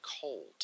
Cold